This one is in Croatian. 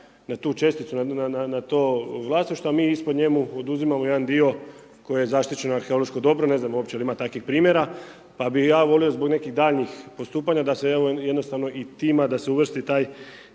na tu česticu, na to vlasništvo, a mi ispod njemu oduzimamo jedan dio koji je zaštićeno arheološko dobro. Ne znam jel ima uopće takvih primjera, pa bih ja volio zbog nekih daljnjih da se evo, jednostavno i tima da se uvrsti taj